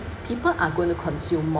people are going to consume more